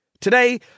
Today